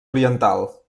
oriental